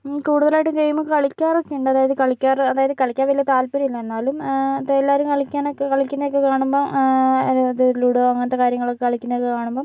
കൂടുതലായിട്ടും ഗെയിം കളിക്കാറൊക്കെയുണ്ട് അതായത് കളിക്കാറ് കളിയ്ക്കാൻ വല്യ താല്പര്യമൊന്നുമില്ല എന്നാലും എല്ലാരും കളിക്കാനൊക്കെ കളിക്കുകയൊക്കെ കാണുമ്പോ അതായത് ലുഡോ അങ്ങനത്തെ കാര്യങ്ങളൊക്കെ കളിക്കുന്ന ഒക്കെ കാണുമ്പോ